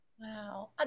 Wow